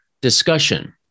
discussion